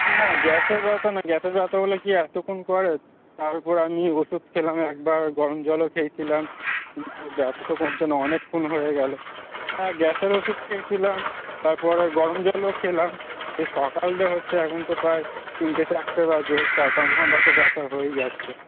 না গ্যাসের ব্যাথা না গ্যাসের ব্যথা হলে কি এতোক্ষণ করে তার ওপর আমি ওষুধ খেলাম একবার গরম জলও খেয়েছিলাম তো ব্যথা তো কমছে না অনেকক্ষণ হয়ে গেলো হ্যাঁ গ্যাসের ওষুধ খেয়েছিলাম তারপরে গরম জলও খেলাম ওই সকাল থেকে হচ্ছে এখন তো প্রায় তিনটে চারটে বাজে চার পাঁচ ঘন্টা তো ব্যাথা হয়েই যাচ্ছে